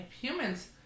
humans